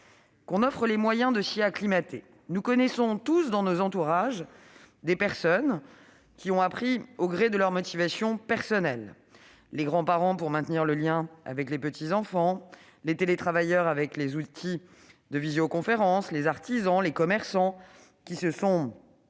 d'offrir les moyens de s'y acclimater. Nous connaissons tous dans nos entourages des personnes qui ont appris au gré de leurs motivations personnelles : les grands-parents pour maintenir le lien avec leurs petits-enfants ; les télétravailleurs confrontés aux outils de visioconférence ; les artisans et les commerçants, qui se sont